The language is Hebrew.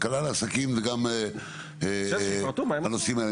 הקלה זה גם הנושאים האלה.